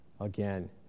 again